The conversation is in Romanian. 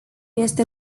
este